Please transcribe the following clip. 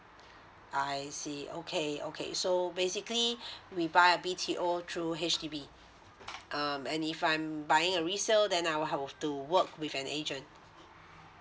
I see okay okay so basically we buy a B_T_O through H_D_B um and if I'm buying a resale then I'll have to work with an agent